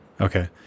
Okay